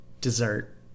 dessert